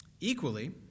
Equally